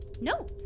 No